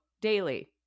daily